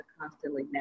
constantly